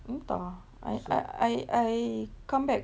entah I I I I come back